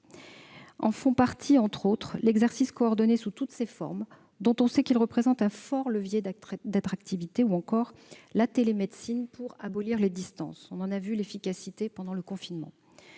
ces solutions figurent l'exercice coordonné sous toutes ses formes, dont on sait qu'il représente un fort levier d'attractivité, ou encore la télémédecine, qui permet d'abolir les distances- on en a vu l'efficacité pendant le confinement.